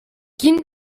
quin